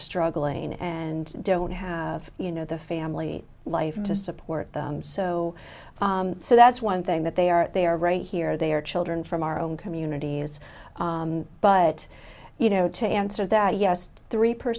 struggling and don't have you know the family life to support them so so that's one thing that they are they are right here they are children from our own communities but you know to answer that yes three per